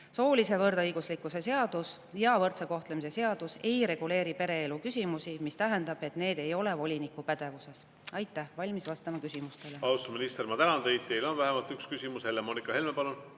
Soolise võrdõiguslikkuse seadus ja võrdse kohtlemise seadus ei reguleeri pereelu küsimusi, need ei ole voliniku pädevuses. Olen valmis vastama küsimustele.